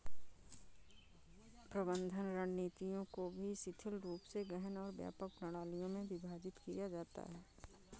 प्रबंधन रणनीतियों को भी शिथिल रूप से गहन और व्यापक प्रणालियों में विभाजित किया जाता है